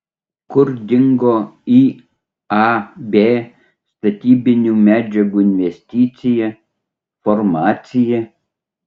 kur dingo iab statybinių medžiagų investicija farmacija